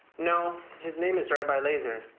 no, his name is rabbi lazer.